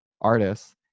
artists